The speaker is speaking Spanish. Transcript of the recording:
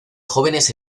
jóvenes